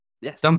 yes